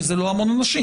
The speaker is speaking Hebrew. כי זה לא המון אנשים,